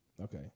Okay